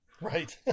Right